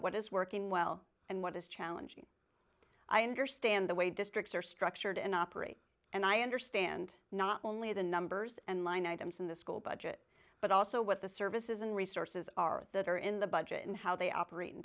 what is working well and what is challenging i understand the way districts are structured and operate and i understand not only the numbers and line items in the school budget but also what the services and resources are that are in the budget and how they operate in